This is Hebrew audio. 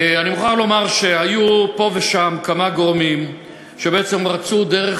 אני מוכרח לומר שהיו פה ושם כמה גורמים שבעצם רצו דרך